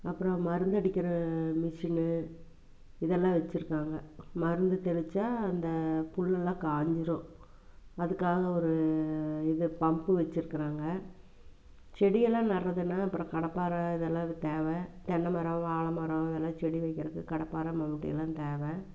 அப்புறம் மருந்து அடிக்கிற மெஷினு இதெல்லாம் வச்சிருக்காங்க மருந்து தெளித்தா அந்த புல் எல்லாம் காஞ்சிடும் அதுக்காக ஒரு இது பம்ப்பு வச்சிருக்கிறாங்க செடி எல்லாம் நடுறதுனா அப்புறம் கடப்பாரை இதெல்லாம் அதுக்கு தேவை தென்னை மரம் வாழை மரம் இதெல்லாம் செடி வைக்கிறதுக்கு கடப்பாரை மம்முட்டி எல்லாம் தேவை